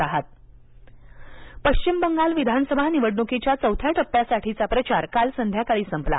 पश्चिम बंगाल पश्विम बंगाल विधानसभा निवडणुकीच्या चौथ्या टप्प्यासाठीचा प्रचार काल संध्याकाळी संपला